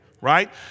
right